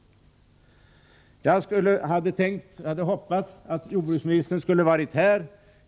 Jag hade hoppats att jordbruksministern skulle vara här.